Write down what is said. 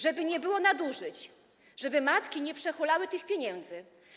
Żeby nie było nadużyć, żeby matki nie przehulały tych pieniędzy.